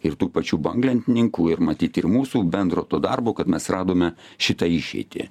ir tų pačių banglentininkų ir matyt ir mūsų bendro darbo kad mes radome šitą išeitį